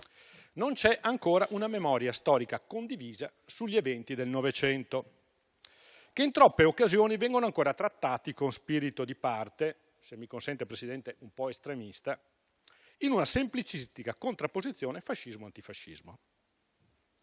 Non c'è ancora una memoria storica condivisa sugli eventi del Novecento, che in troppe occasioni vengono ancora trattati con spirito di parte - se mi consente, Presidente, un po' estremista - in una semplicistica contrapposizione fascismo-antifascismo.